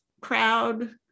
crowd